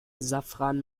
safran